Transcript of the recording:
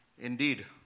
Indeed